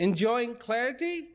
enjoying clarity